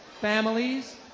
families